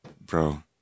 bro